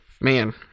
man